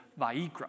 Va'ikra